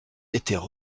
étaient